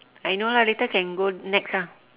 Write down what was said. I know lah later can go nex ah